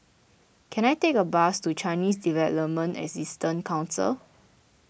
can I take a bus to Chinese Development Assistance Council